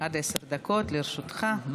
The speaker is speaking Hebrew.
עד עשר דקות לרשותך.